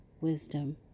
wisdom